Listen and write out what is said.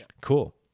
cool